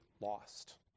lost